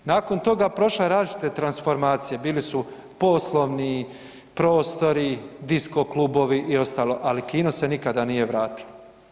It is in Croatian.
Nakon toga prošla je različite transformacije, bili su poslovni prostori, disko-klubovi i ostali, ali kino se nikada nije vratilo.